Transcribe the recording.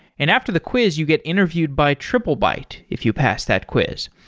and after the quiz you get interviewed by triplebyte if you pass that quiz.